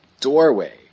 doorway